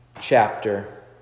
chapter